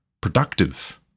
productive